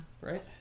Right